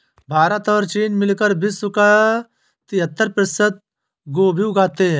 भारत और चीन मिलकर विश्व का तिहत्तर प्रतिशत गोभी उगाते हैं